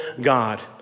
God